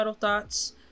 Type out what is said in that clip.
thoughts